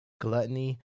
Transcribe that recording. gluttony